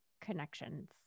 connections